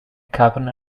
caben